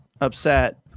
upset